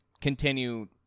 continue